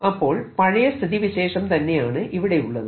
അപ്പോൾ പഴയ സ്ഥിതി വിശേഷം തന്നെയാണ് ഇവിടെയുള്ളത്